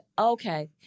okay